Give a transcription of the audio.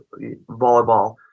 volleyball